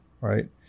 right